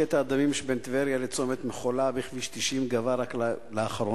קטע הדמים שבין טבריה לצומת מחולה בכביש 90 גבה רק לאחרונה,